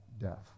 death